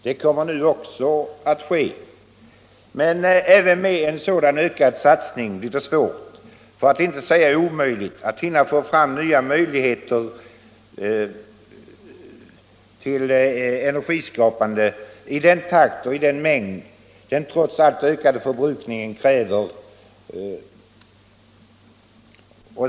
Det kommer nog också att ske, men även med en sådan ökad satsning blir det svårt för att inte säga omöjligt att hinna få fram nya möjligheter till energiskapande i den takt och i den mängd som den trots allt ökande förbrukningen kräver.